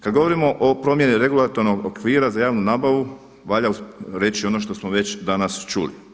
Kad govorimo o promjeni regulatornog okvira za javnu nabavu valja reći ono što smo već danas čuli.